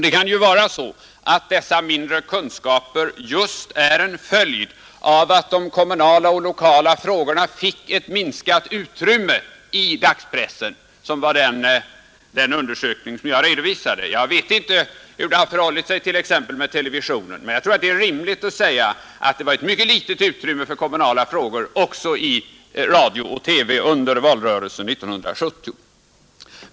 Det kan ju vara så att dessa mindre kunskaper just är en följd av att de kommunala och lokala frågorna — enligt den undersökning som jag redovisade — fick ett minskat utrymme i dagspressen. Jag vet inte hur det har förhållit sig t.ex. med televisionen, men jag tror att det är rimligt att säga att det var ett mycket litet utrymme för kommunala frågor också i radio och TV under valrörelsen 1970.